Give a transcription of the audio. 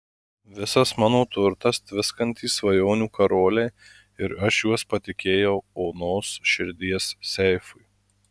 visas mano turtas tviskantys svajonių karoliai ir aš juos patikėjau onos širdies seifui